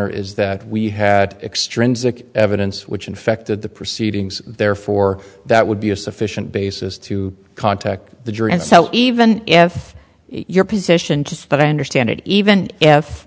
or is that we had extrinsic evidence which infected the proceedings therefore that would be a sufficient basis to contact the jury and so even if your position just that i understand it even if